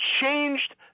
changed